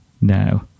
now